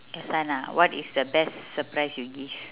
this one ah what is the best surprise you give